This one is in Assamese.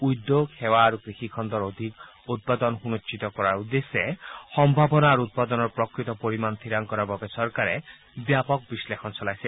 উদ্যোগ সেৱা আৰু কৃষি খণ্ডৰ অধিক উৎপাদন সুনিশ্চিত কৰাৰ উদ্দেশ্যে সম্ভাৱনা আৰু উৎপাদনৰ প্ৰকৃত পৰিমাণ ঠিৰাং কৰাৰ বাবে চৰকাৰে ব্যাপক বিশ্লেষণ চলাইছে